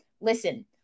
listen